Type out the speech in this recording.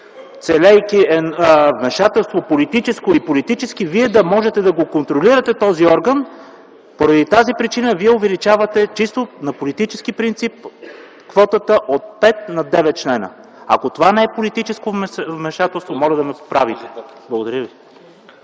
целейки политическо вмешателство и политически вие да можете да контролирате този орган. Поради тази причина вие увеличавате, чисто на политически принцип, квотата от 5 на 9 членове. Ако това не е политическо вмешателство, моля да ме поправите. Благодаря ви.